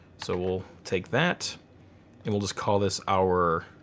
so we'll take that and we'll just call this our